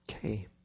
Okay